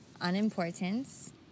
unimportance